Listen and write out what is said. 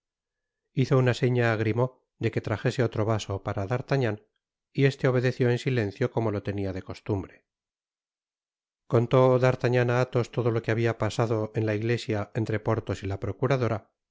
hizo una seña á grimaud de que trajese otro vaso para d'artagnan y este obedeció en silencio como lo tenia de costumbre contó entonces d'artagnan á athos todo lo que habia pasado en la iglesia entre porthos y la procuradora